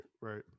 right